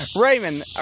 Raymond